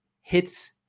hits